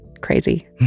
Crazy